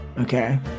Okay